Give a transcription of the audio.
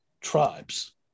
tribes